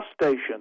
station